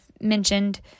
mentioned